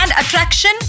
attraction